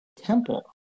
Temple